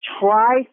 try